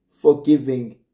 forgiving